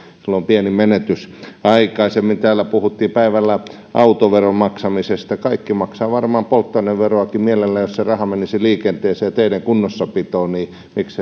on pieni menetys aikaisemmin päivällä täällä puhuttiin autoveron maksamisesta kaikki maksaisivat varmaan polttoaineveroakin mielellään jos se raha menisi liikenteeseen ja teiden kunnossapitoon mikseivät